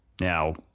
now